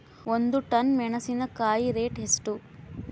ಒಂದು ಟನ್ ಮೆನೆಸಿನಕಾಯಿ ರೇಟ್ ಎಷ್ಟು?